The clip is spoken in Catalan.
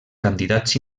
candidats